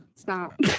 stop